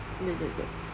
jap jap jap